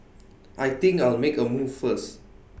I think I'll make A move first